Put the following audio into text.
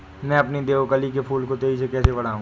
मैं अपने देवकली के फूल को तेजी से कैसे बढाऊं?